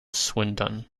swindon